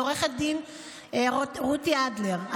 לעו"ד רותי אדלר,